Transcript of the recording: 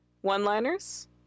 One-liners